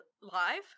live